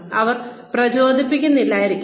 അവർ പ്രചോദിപ്പിക്കില്ലായിരിക്കാം